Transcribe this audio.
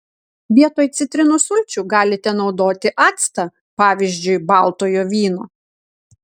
vietoj citrinų sulčių galite naudoti actą pavyzdžiui baltojo vyno